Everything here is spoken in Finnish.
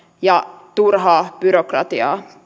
ja turhaa byrokratiaa